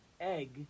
egg